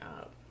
up